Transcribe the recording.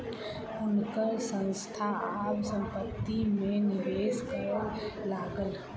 हुनकर संस्थान आब संपत्ति में निवेश करय लागल